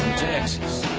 texas.